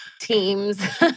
teams